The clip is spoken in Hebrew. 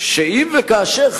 שאם וכאשר,